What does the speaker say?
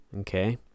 Okay